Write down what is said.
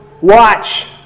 watch